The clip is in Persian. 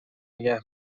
نگه